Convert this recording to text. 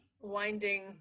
winding